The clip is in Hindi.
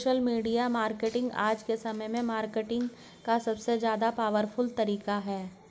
सोशल मीडिया मार्केटिंग आज के समय में मार्केटिंग का सबसे ज्यादा पॉवरफुल तरीका है